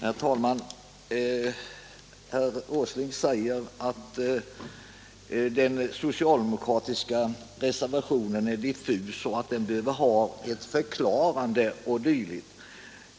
Herr talman! Herr Åsling säger att den socialdemokratiska reservationen är diffus, att den kräver förklaringar o. d.